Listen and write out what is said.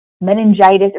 meningitis